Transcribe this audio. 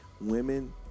women